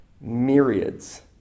myriads